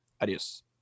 Adios